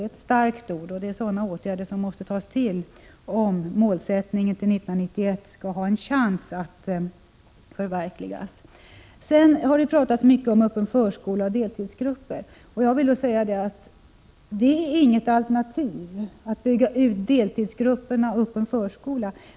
Det är starka ord, och det är sådana åtgärder som måste tas till om den målsättning som man har satt upp fram till år 1991 skall ha en chans att bli förverkligad. Det har talats mycket om öppen förskola och deltidsgrupper. Men att bygga ut den öppna förskolan och deltidsgrupperna utgör inget alternativ.